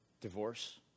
divorce